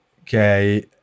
Okay